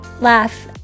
laugh